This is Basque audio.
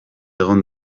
egon